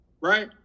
right